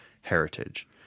heritage